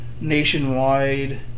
nationwide